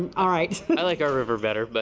um right. but i like our river better. but